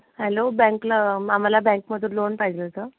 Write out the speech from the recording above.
hello बँकला आम्हाला बँकमधून लोन पाहिजे होतं